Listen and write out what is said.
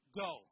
go